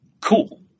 cool